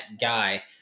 guy